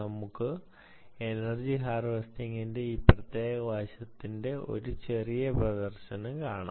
നമുക്ക് energy harvesting ന്റെ ഈ പ്രത്യേക വശത്തിന്റെ ഒരു ചെറിയ പ്രദർശനം കാണാം